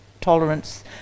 tolerance